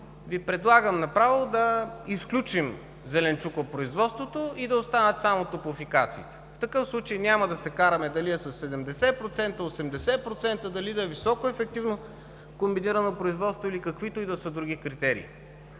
Ви предлагам направо да изключим зеленчукопроизводството и да останат само топлофикациите. В такъв случай няма да се караме дали е със 70%, 80%, дали да е високоефективно комбинирано производство, или каквито и да са други критерии,